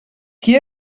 qui